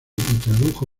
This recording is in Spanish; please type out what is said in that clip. tradujo